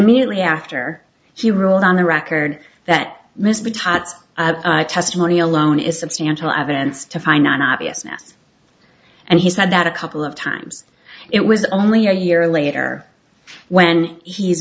immediately after he ruled on the record that mr tutt testimony alone is substantial evidence to fine obviousness and he said that a couple of times it was only a year later when he